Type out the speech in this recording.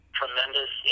tremendous